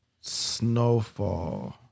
Snowfall